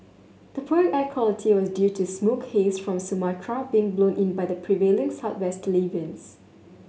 the poor air quality was due to smoke haze from Sumatra being blown in by the prevailing southwesterly winds